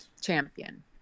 champion